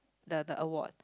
the the award